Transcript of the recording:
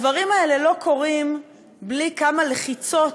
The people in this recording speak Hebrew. הדברים האלה לא קורים בלי כמה לחיצות